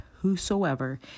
Whosoever